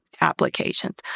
Applications